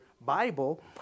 Bible